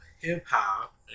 hip-hop